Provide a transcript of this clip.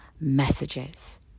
messages